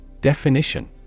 Definition